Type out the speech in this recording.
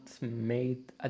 made